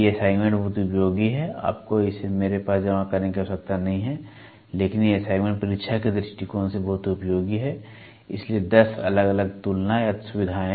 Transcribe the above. ये असाइनमेंट बहुत उपयोगी हैं आपको इसे मेरे पास जमा करने की आवश्यकता नहीं है लेकिन ये असाइनमेंट परीक्षा के दृष्टिकोण से बहुत उपयोगी हैं इसलिए 10 अलग अलग तुलना या सुविधाएँ